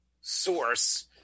source